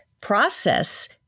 process